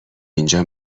اینجا